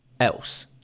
else